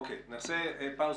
נעשה פאוזה.